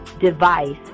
device